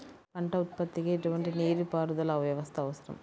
పంట ఉత్పత్తికి ఎటువంటి నీటిపారుదల వ్యవస్థ అవసరం?